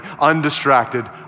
undistracted